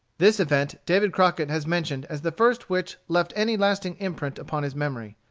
this event david crockett has mentioned as the first which left any lasting imprint upon his memory.